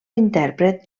intèrpret